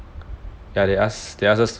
ya they as~ they ask us